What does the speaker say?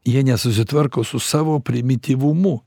jie nesusitvarko su savo primityvumu